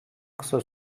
kısa